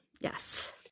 Yes